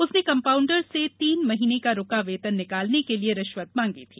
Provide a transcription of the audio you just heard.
उसने कंपाउंडर से तीन महीने का रुका वेतन निकालने के लिए रिष्वत मांगी थी